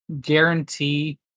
guarantee